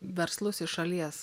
verslus iš šalies